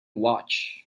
watch